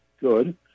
good